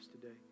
today